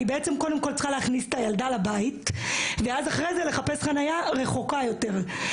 אני קודם כל צריכה להכניס את הילדה לבית ואחרי זה לחפש חניה רחוקה יותר.